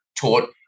taught